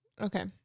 Okay